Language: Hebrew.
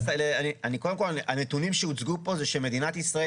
קודם כל הנתונים שהוצגו פה זה שמדינת ישראל